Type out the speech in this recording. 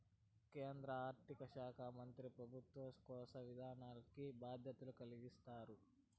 కేంద్ర ఆర్థిక శాకా మంత్రి పెబుత్వ కోశ విధానాల్కి బాధ్యత కలిగించారు